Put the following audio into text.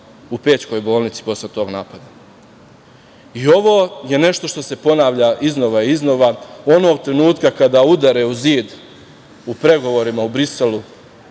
u Pećkoj bolnici posle tog napada? Ovo je nešto što se ponavlja iznova i iznova. Onog trenutka kada udare u zid u pregovorima u Briselu,